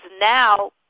now